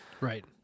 Right